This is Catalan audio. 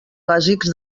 bàsics